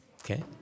okay